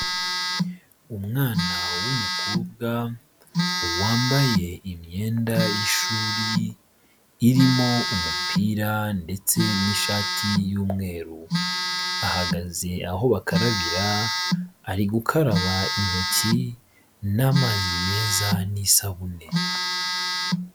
Umwana w'umukobwa wambaye imyenda y'ishuri irimo umupira ndetse n'ishati y'umweru. Ahagaze aho bakarabira, ari gukaraba intoki n'amazi meza n'isabune.